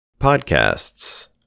Podcasts